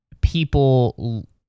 people